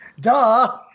Duh